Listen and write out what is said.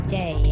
day